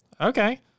Okay